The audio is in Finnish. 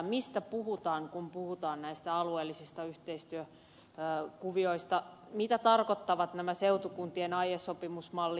mistä puhutaan kun puhutaan näistä alueellisista yhteistyökuvioista mitä tarkoittavat nämä seutukuntien aiesopimusmallit